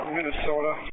Minnesota